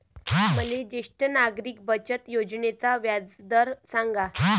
मले ज्येष्ठ नागरिक बचत योजनेचा व्याजदर सांगा